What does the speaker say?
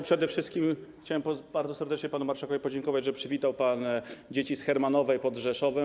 Przede wszystkim chciałem bardzo serdecznie panu marszałkowi podziękować, że przywitał pan dzieci z Hermanowej pod Rzeszowem.